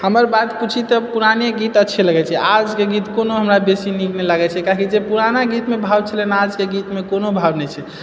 हमर बात पूछि तऽ पुराने गीत अच्छे लगैत छेै आजके गीत कोनो हमरा बेसी नीक नहि लागैछे कीआकि जे पुराना गीतमे भाव छलह ने आजके गीतमे कोनो भाव नहि छै